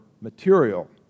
material